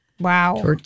Wow